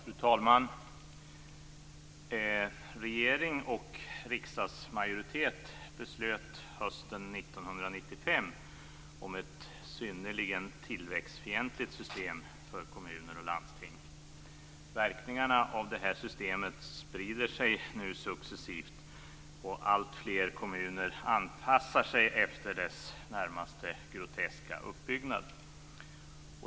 Fru talman! Regering och riksdagsmajoritet beslöt hösten 1995 om ett synnerligen tillväxtfientligt system för kommuner och landsting. Verkningarna av det systemet sprider sig nu successivt, och alltfler kommuner anpassar sig efter dess närmast groteska uppbyggnad.